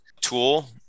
tool